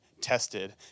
tested